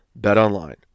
BetOnline